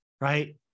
right